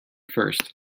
first